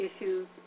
issues